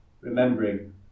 remembering